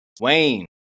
Wayne